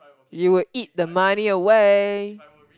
you would eat the money away